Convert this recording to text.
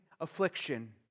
affliction